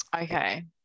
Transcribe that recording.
Okay